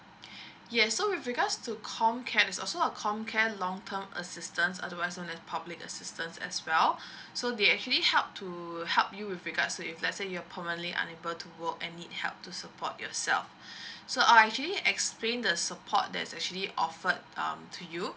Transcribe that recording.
yes so with regards to comcare is also a comcare long term assistance as well as on the public assistance as well so they actually help to help you with regards if let's say you're permanently unable to work and need help to support yourself so I actually explain the support that's actually offered um to you